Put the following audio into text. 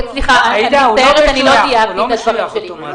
עאידה, הוא לא משויך אוטומטית.